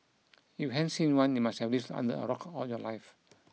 if you haven't seen one you must have lived under a rock all your life